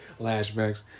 Lashbacks